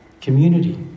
community